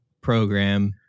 program